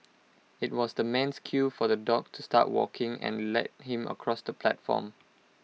IT was the man's cue for the dog to start walking and lead him across the platform